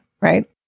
right